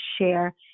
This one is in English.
share